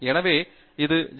எனவே இது ஜே